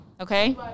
Okay